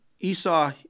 Esau